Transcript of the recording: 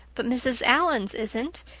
but mrs. allan's isn't,